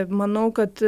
manau kad